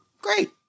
great